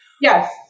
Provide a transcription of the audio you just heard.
Yes